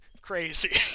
crazy